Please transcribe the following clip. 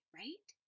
right